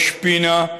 ראש פינה,